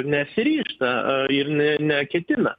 nesiryžta a ir ne neketina